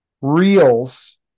reels